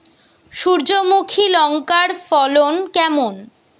সূর্যমুখী লঙ্কার ফলন কেমন?